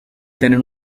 tenen